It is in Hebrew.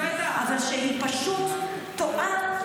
אבל שהיא פשוט טועה,